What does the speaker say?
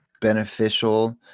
beneficial